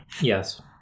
Yes